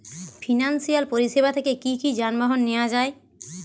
Financial পরিসেবা থেকে কি যানবাহন নেওয়া যায়?